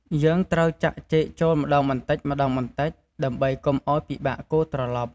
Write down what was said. យើងត្រូវចាក់ចេកចូលម្ដងបន្តិចៗ ដើម្បីកុំឱ្យពិបាកកូរត្រឡប់។